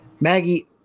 Maggie